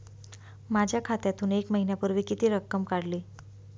माझ्या खात्यातून एक महिन्यापूर्वी किती रक्कम काढली?